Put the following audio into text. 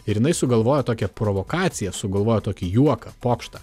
ir jinai sugalvojo tokią provokaciją sugalvojo tokį juoką pokštą